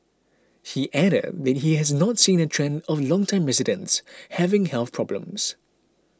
he added that he has not seen a trend of longtime residents having health problems